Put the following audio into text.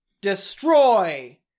Destroy